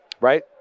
Right